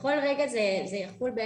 בכל רגע זה יחול על